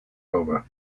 lover